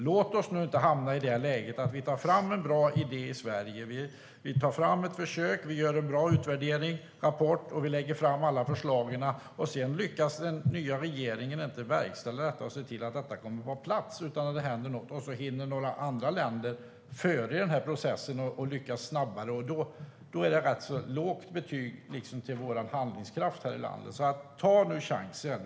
Låt oss nu inte hamna i det läget att vi tar fram en bra idé i Sverige, alltså att vi tar fram ett försök, gör en bra utvärdering och rapport och lägger fram alla förslag, och sedan lyckas inte den nya regeringen verkställa detta och se till att det kommer på plats! Låt oss inte hamna i läget att det händer något, och så hinner några andra länder före i processen och lyckas snabbare! Då är det ett rätt lågt betyg till vår handlingskraft här i landet. Ta nu chansen!